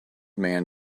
man